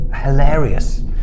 hilarious